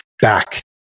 back